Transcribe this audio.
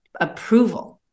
approval